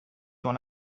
sur